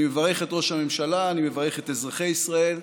אני מברך את ראש הממשלה, אני מברך את אזרחי ישראל.